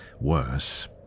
worse